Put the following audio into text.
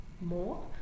more